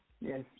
Yes